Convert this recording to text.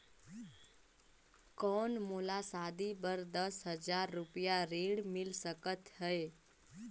कौन मोला शादी बर दस हजार रुपिया ऋण मिल सकत है?